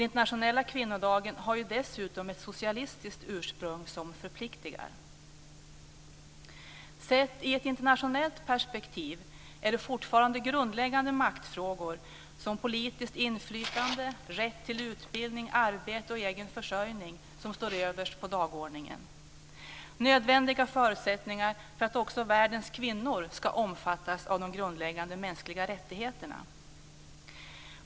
Internationella kvinnodagen har dessutom ett socialistiskt ursprung som förpliktigar. Sett i ett internationellt perspektiv är det fortfarande grundläggande maktfrågor som politiskt inflytande och rätt till utbildning, arbete och egen försörjning som står överst på dagordningen - nödvändiga förutsättningar för att också världens kvinnor ska omfattas av de grundläggande mänskliga rättigheterna.